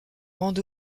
rendent